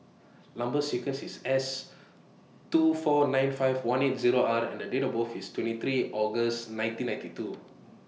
Number sequence IS S two four nine five one eight Zero R and Date of birth IS twenty three August nineteen ninety two